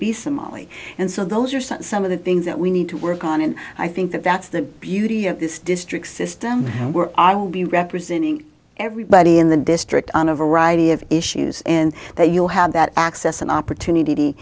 be somali and so those are some of the things that we need to work on and i think that that's the beauty of this district system i will be representing everybody in the district on a variety of issues and that you'll have that access an opportunity